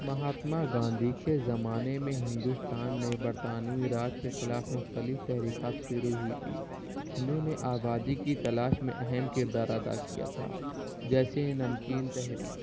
مہاتما گاندھی کے زمانے میں ہندوستان میں برطانوی راج کے خلاف مختلف تحریکات شروع ہوئی تھی جنہوں نے آبادی کی تلاش میں اہم کردار ادا کیا تھا جیسے نمکین تحریک